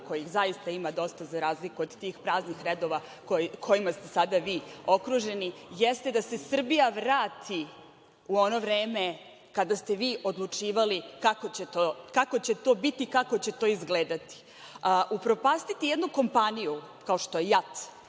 kojih zaista ima dosta za razliku od tih praznih redova kojima ste sada vi okruženi jeste da se Srbija vrati u ono vreme kada ste vi odlučivali kako će to biti i kako će to izgledati. Upropastiti jednu kompaniju kao što je JAT,